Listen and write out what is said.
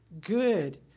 good